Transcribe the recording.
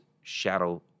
shadow